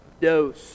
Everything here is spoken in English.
dose